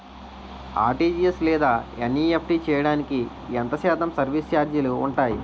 RTGS లేదా NEFT చేయడానికి ఎంత శాతం సర్విస్ ఛార్జీలు ఉంటాయి?